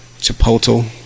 Chipotle